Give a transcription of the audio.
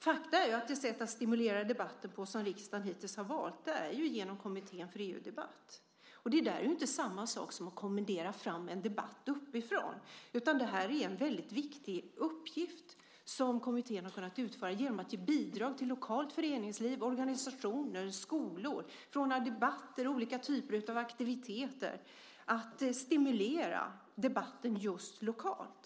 Faktum är att det sätt att stimulera debatten som riksdagen hittills har valt är genom Kommittén för EU-debatt. Det är inte samma sak som att kommendera fram en debatt uppifrån. Det är en väldigt viktig uppgift som kommittén har kunnat utföra genom att ge bidrag till lokalt föreningsliv, organisationer och skolor för att ordna debatter och olika typer av aktiviteter för att just stimulera debatten lokalt.